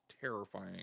terrifying